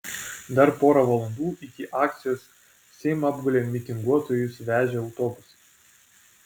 dar pora valandų iki akcijos seimą apgulė mitinguotojus vežę autobusai